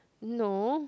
no